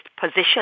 position